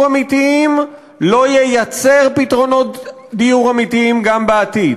אמיתיים ולא ייצר פתרונות דיור אמיתיים גם בעתיד.